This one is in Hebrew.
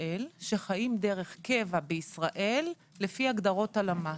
ישראל שחיים דרך קבע בישראל לפי הגדרות הלמ"ס.